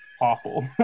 awful